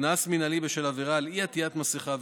קנס מינהלי בשל עבירה על אי-עטיית מסכה,